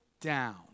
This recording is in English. down